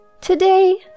Today